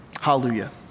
Hallelujah